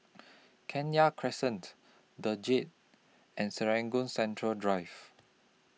Kenya Crescent The Jade and Serangoon Central Drive